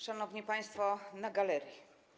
Szanowni państwo na galerii!